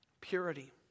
Purity